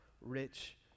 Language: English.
rich